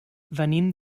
venim